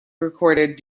recorded